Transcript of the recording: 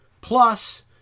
Plus